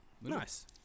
Nice